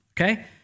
okay